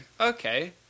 Okay